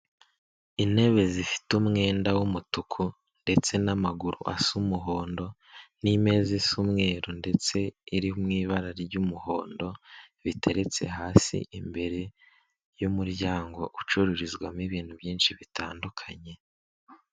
Intebe zifite umwenda w'umutuku ndetse n'amaguru asa umuhondo, n'imeza isa umweru ndetse iri mu ibara ry'umuhondo biteretse hasi, imbere y'umuryango ucururizwamo ibintu byinshi bitandukanye.